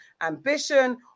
ambition